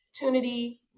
opportunity